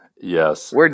yes